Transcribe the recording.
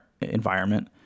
environment